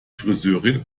friseurin